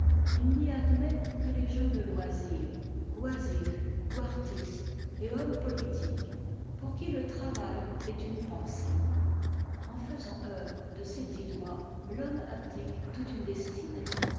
il n'y admet que les gens de loisir oisifs ou artistes et hommes politiques pour qui le travail est une pensée en faisant œuvre de ses dix doigts l'homme abdique toute une destinée